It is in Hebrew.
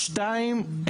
שתיים,